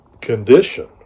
condition